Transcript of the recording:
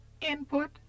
Input